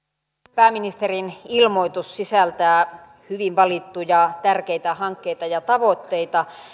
pääministerin ilmoitus sisältää hyvin valittuja tärkeitä hankkeita ja tavoitteita